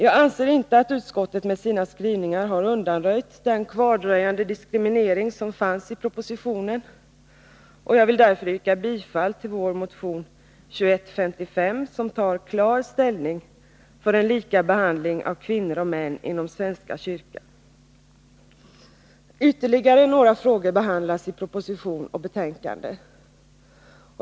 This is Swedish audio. Jag anser inte att utskottet med sina skrivningar har undanröjt den kvardröjande diskriminering som fanns i propositionen, och jag vill därför yrka bifall till vår motion 2155, som tar klar ställning för lika behandling av kvinnor och män inom svenska kyrkan. Ytterligare några frågor behandlas i proposition och betänkande.